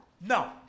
No